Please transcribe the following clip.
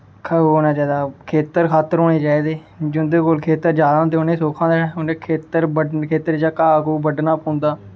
खेत्तर खात्तर होने चाहिदे जिं'दे कोल खेत्तर जादा होंदे उ'नें ई सौखा ऐ खेत्तरें चा घाह् घूह् बड्ढना पौंदा ऐ